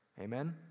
Amen